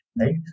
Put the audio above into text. right